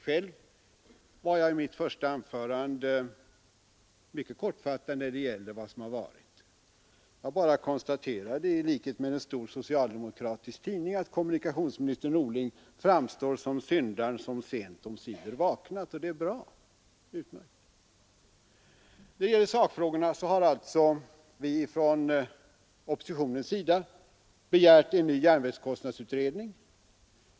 Själv var jag i mitt första anförande mycket kortfattad när det gäller vad som har varit. Jag bara konstaterade, i likhet med en stor socialdemokratisk tidning, att kommunikationsminister Norling framstår som syndaren som sent omsider vaknat, och det är utmärkt. I sakfrågorna har alltså vi från oppositionens sida begärt en ny järnvägskostnadsutredning.